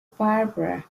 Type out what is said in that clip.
barbara